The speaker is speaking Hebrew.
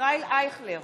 ישראל אייכלר,